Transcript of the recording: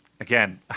Again